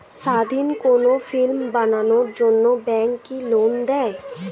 স্বাধীন কোনো ফিল্ম বানানোর জন্য ব্যাঙ্ক কি লোন দেয়?